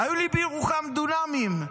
היו לי בירוחם דונמים,